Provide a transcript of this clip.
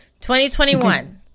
2021